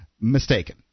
mistaken